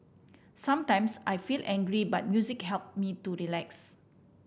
sometimes I feel angry but music help me to relax